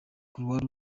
croix